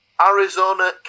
Arizona